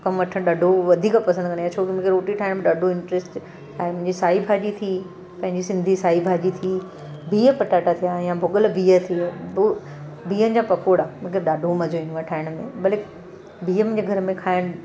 कमु वठणु ॾाढो वधीक पसंदि कंदी आहियां छोकि मूंखे रोटी ठाहिण में ॾाढो इंटरेस्ट आहे ऐं मुंहिंजी साई भाॼी थी पंहिंजी सिंधी साई भाॼी थी ॿीहु पटाटा थिया या भुॻल ॿीहु थी विया बीहनि जा पकोड़ा मूंखे ॾाढो मजो इंदो आहे ठाहिण में भले ॿीह मुंहिंजे घर में खाइण